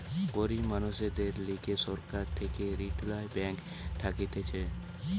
গরিব মানুষদের লিগে সরকার থেকে রিইটাল ব্যাঙ্ক থাকতিছে